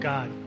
God